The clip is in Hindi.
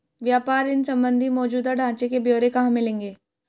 व्यापार ऋण संबंधी मौजूदा ढांचे के ब्यौरे कहाँ मिलेंगे?